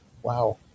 Wow